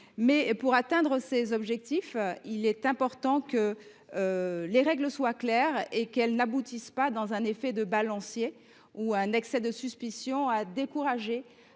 pour atteindre cet objectif, il est important que les règles soient claires et qu’elles n’aboutissent pas, par un effet de balancier ou par un excès de suspicion, à décourager